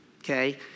okay